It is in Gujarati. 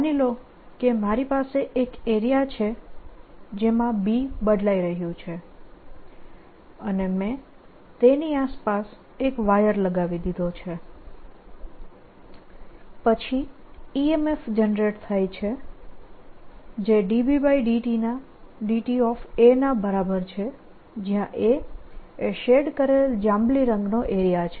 માની લો કે મારી પાસે એક એરિયા છે જેમાં B બદલાઈ રહ્યું છે અને મેં તેની આસપાસ એક વાયર લગાવી દીધો છે પછી EMF જનરેટ થાય છે જે dB∂tA ના બરાબર છે જ્યાં A એ શેડ કરેલ જાંબલી રંગનો એરિયા છે